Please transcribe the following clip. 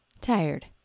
Tired